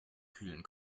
kühlen